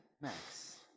Max